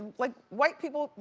like white people,